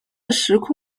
时空